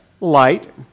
light